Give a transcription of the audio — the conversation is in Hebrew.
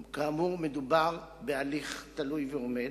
כאמור, מדובר בהליך תלוי ועומד,